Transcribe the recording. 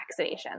vaccinations